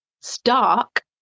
stark